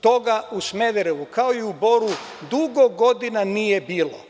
Toga u Smederevu, kao i u Boru dugo godina nije bilo.